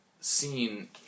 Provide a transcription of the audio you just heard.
seen